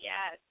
Yes